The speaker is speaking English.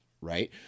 right